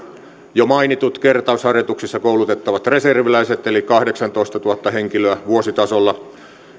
jo mainitut kertausharjoituksissa koulutettavat reserviläiset eli kahdeksantoistatuhatta henkilöä vuositasolla